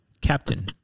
Captain